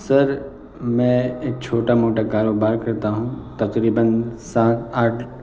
سر میں ایک چھوٹا موٹا کاروبار کرتا ہوں تقریباً سات آٹھ